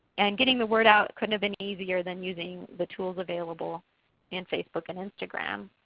and getting the word out couldn't have been easier than using the tools available in facebook and instagram.